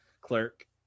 clerk